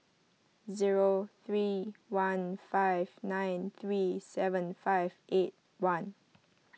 zero three one five nine three seven five eight one